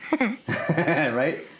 right